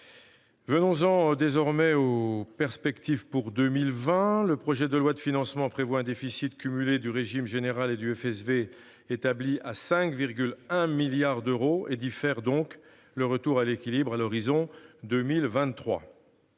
Venons-en désormais aux perspectives pour 2020. Le projet de loi de financement prévoit un déficit cumulé du régime général et du FSV établi à 5,1 milliards d'euros et diffère donc le retour à l'équilibre à l'horizon de 2023.